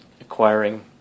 acquiring